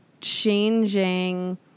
changing